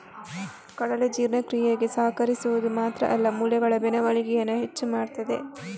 ಕಡಲೆ ಜೀರ್ಣಕ್ರಿಯೆಗೆ ಸಹಕರಿಸುದು ಮಾತ್ರ ಅಲ್ಲ ಮೂಳೆಯ ಬೆಳವಣಿಗೇನ ಹೆಚ್ಚು ಮಾಡ್ತದೆ